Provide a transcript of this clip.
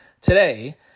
today